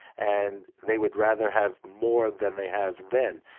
and they would rather have more than they have then.